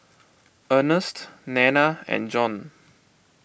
Ernest Nanna and Jean